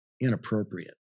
inappropriate